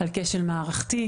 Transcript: על כשל מערכתי,